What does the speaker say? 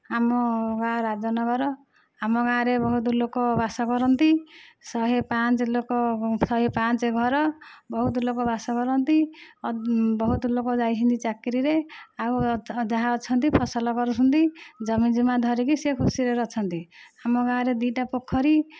ଆମ ଗାଁ ରାଜନଗର ଆମ ଗାଁରେ ବହୁତ ଲୋକ ବାସ କରନ୍ତି ଶହେ ପାଞ୍ଚ ଲୋକ ଶହେ ପାଞ୍ଚ ଘର ବହୁତ ଲୋକ ବାସ କରନ୍ତି ବହୁତ ଲୋକ ଯାଇଛନ୍ତି ଚାକିରି ରେ ଆଉ ଯାହା ଅଛନ୍ତି ଫସଲ କରୁଛନ୍ତି ଜମିଜୁମା ଧରିକି ସେ ଖୁସିରେ ଅଛନ୍ତି ଆମ ଗାଁରେ ଦୁଇଟା ପୋଖରୀ